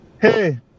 hey